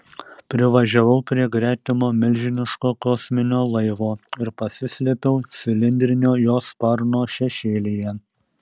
privažiavau prie gretimo milžiniško kosminio laivo ir pasislėpiau cilindrinio jo sparno šešėlyje